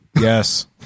Yes